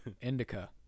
indica